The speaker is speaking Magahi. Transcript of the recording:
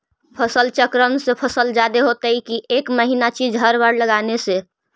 फसल चक्रन से फसल जादे होतै कि एक महिना चिज़ हर बार लगाने से?